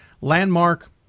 landmark